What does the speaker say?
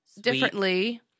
differently